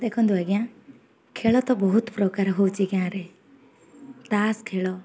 ଦେଖନ୍ତୁ ଆଜ୍ଞା ଖେଳ ତ ବହୁତ ପ୍ରକାର ହେଉଛି ଗାଁରେ ତାସ ଖେଳ